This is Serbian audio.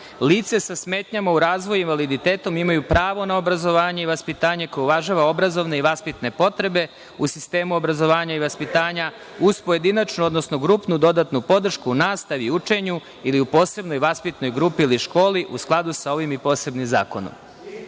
Lice sa smetnjama u razvoju i invaliditetom imaju pravo na obrazovanje i vaspitanje koje uvažava obrazovne i vaspitne potrebe u sistemu obrazovanja i vaspitanja, uz pojedinačnu odnosno grupnu dodatnu podršku u nastavi i učenju ili u posebnoj vaspitnoj grupi ili školi, u skladu sa ovim i posebnim zakonom.“Evo